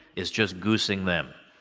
is just goosing them.